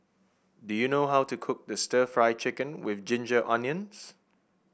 do you know how to cook stir Fry Chicken with Ginger Onions